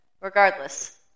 Regardless